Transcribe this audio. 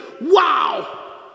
Wow